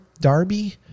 Darby